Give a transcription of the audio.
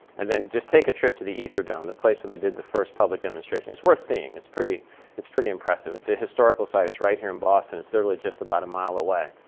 and then just take a trip to the ether dome, the place where they did the first public demonstration. it's worth seeing. it's pretty it's pretty impressive. it's a historical site. it's right here in boston. it's literally just about a mile away.